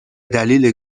دلیل